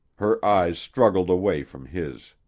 her eyes struggled away from his.